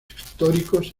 históricos